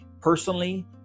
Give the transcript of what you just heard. personally